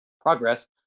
progress